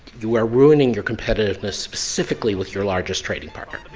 you are ruining your competitiveness specifically with your largest trading partner.